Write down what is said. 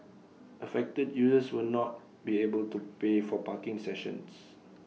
affected users were not be able to pay for parking sessions